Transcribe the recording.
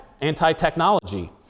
anti-technology